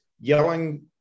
yelling